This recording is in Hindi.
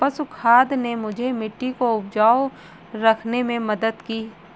पशु खाद ने मुझे मिट्टी को उपजाऊ रखने में मदद की